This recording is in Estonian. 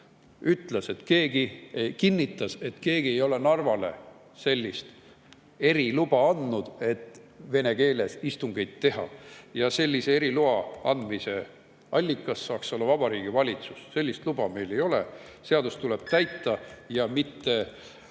õiguskantsler kinnitas, et keegi ei ole Narvale sellist eriluba andnud, et vene keeles istungeid teha. Sellise eriloa andmise allikas saaks olla Vabariigi Valitsus, aga sellist luba meil ei ole. Seadust tuleb täita, mitte